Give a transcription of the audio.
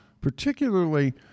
particularly